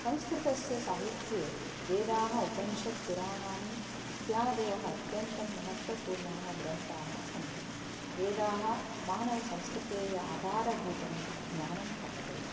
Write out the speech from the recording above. संस्कृतस्य साहित्ये वेदाः उपनिषत् पुराणानि इत्यादयः अत्यन्तं महत्त्वपूर्णाः ग्रन्थाः सन्ति वेदाः मानवसंस्कृतेः आधारभूतं ज्ञानं प्रकटयति